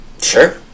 Sure